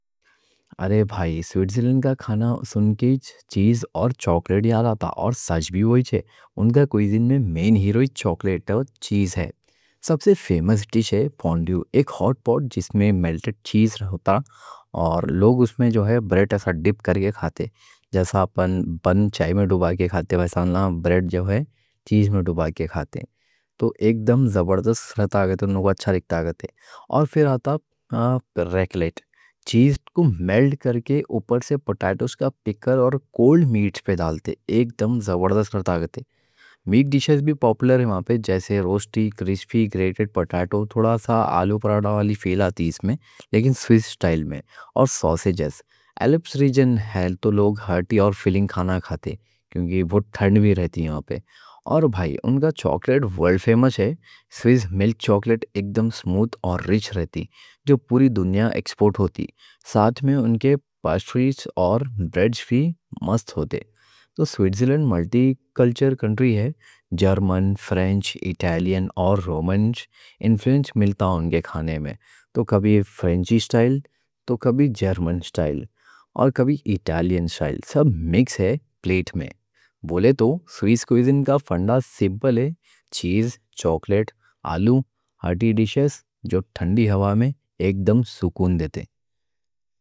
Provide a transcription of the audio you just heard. ارے بھائی سویٹزرلینڈ کا کھانا سُن کے چیز اور چاکلیٹ یاد آتا، اور سچ بھی وہی ہے۔ ان کے کوئیزین میں ہیرو چاکلیٹ اور چیز ہے۔ سب سے فیمس ڈِش فونڈو ہے، ایک ہاٹ پاٹ جس میں ملٹڈ چیز رہتا۔ اور لوگ اُس میں روٹی ایسے ڈِپ کر کے کھاتے، جیسے اپن بن چائے میں ڈُبا کے کھاتے، روٹی چیز میں ڈُبا کے کھاتے۔ تو ایک دم زبردست رہتا۔ اور پھر آتا ریکلیٹ، چیز کو میلٹ کر کے اوپر سے پوٹیٹوز کا پِکل اور کولڈ میٹ پہ ڈالتے، ایک دم زبردست رہتا۔ میٹ ڈِشیز بھی پاپولر ہیں وہاں پہ جیسے روسٹی، کرسپی گریٹڈ پوٹیٹو، تھوڑا سا آلو پراٹھا والی فیل آتی اس میں لیکن سویس اسٹائل میں۔ اور سوسِجز بھی۔ الپس ریجن ہے تو لوگ ہَٹی اور فِلنگ کھانا کھاتے کیونکہ وہاں پہ ٹھنڈ بھی رہتی۔ اور بھائی ان کا چاکلیٹ ورلڈ فیمس ہے، سویس ملک چاکلیٹ ایک دم سموتھ اور رِچ رہتی، جو پوری دنیا ایکسپورٹ ہوتی۔ ساتھ میں ان کے پیسٹریز اور بریڈز بھی مست ہوتے۔ تو سویٹزرلینڈ ملٹی کلچر کنٹری ہے، جرمن، فرنچ، اٹالین اور رومانش انفلوئنس ملتا اُن کے کھانے میں۔ تو کبھی فرنچی اسٹائل، تو کبھی جرمن اسٹائل اور کبھی اٹالین اسٹائل، سب مکس ہے پلیٹ میں۔ بولے تو سویس کوئیزین کا فنڈا سمپل ہے: چیز، چاکلیٹ، آلو، ہَٹی ڈِشیز، جو ٹھنڈی ہوا میں ایک دم سکون دیتے۔